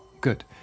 Good